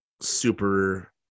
super